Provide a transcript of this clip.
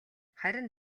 харин